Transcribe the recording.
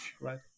right